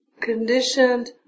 conditioned